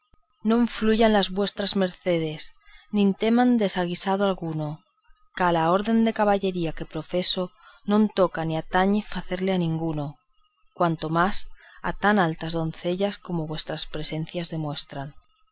no fuyan las vuestras mercedes ni teman desaguisado alguno ca a la orden de caballería que profeso non toca ni atañe facerle a ninguno cuanto más a tan altas doncellas como vuestras presencias demuestran